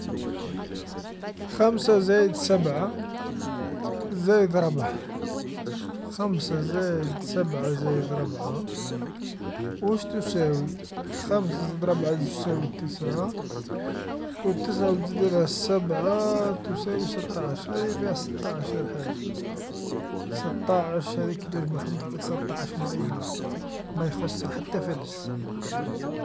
خمسا زايد سبعا زايد ربعا، خمسا زايد سبعا زايد ربعا واش تساوي؟ خمسا زايد ربعا تساوي تسعا، و تسعا و تزيدلها سبعا تساوي ستاعش، أيا فيها ستاعش يا الحاج، ستاعش هاذيك كدرت محمد تعطيك ستاعش مريقلا ما يخصها حتى فلس.